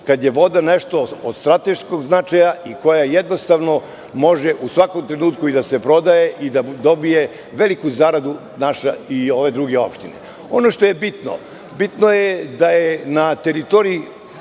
kada je voda nešto od strateškog značaja i koja jednostavno može u svakom trenutku da se prodaje i da dobije veliku zaradu naše i ove druge opštine? Ono što je bitno, bitno je da je na teritoriji